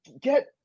get